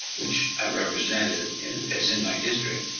which i represented, is in my district.